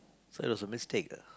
so it was a mistake ah